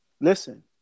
Listen